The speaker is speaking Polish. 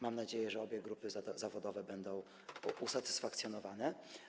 Mam nadzieję, że obie grupy zawodowe będą usatysfakcjonowane.